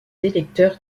électeurs